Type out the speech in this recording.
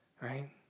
right